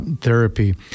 therapy